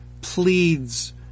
pleads